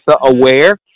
aware